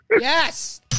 Yes